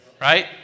Right